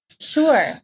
Sure